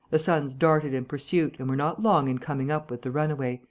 the sons darted in pursuit and were not long in coming up with the runaway,